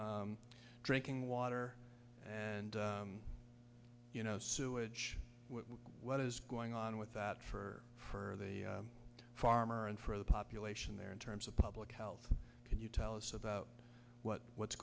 drinking water and sewage what is going on with that for for the farmer and for the population there in terms of public health can you tell us about what what's